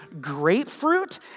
grapefruit